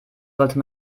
sollte